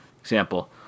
example